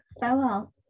Farewell